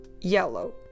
yellow